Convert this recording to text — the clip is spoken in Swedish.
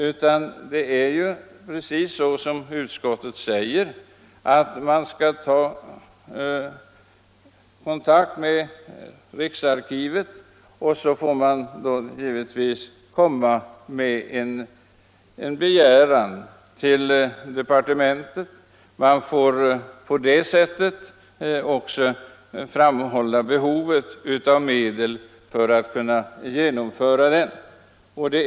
Man får, som utskottet säger, ta kontakt med riksarkivet, och så får man givetvis komma med en begäran till departementet, varvid man framhåller behovet av medel för att kunna genomföra verksamheten.